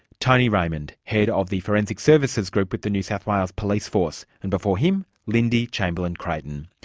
tony raymond, head of the forensic services group with the new south wales police force. and before him, lindy chamberlain-creighton.